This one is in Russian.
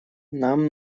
нам